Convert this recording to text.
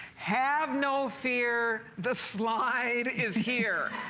have no fear the slide is here!